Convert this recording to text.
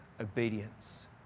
obedience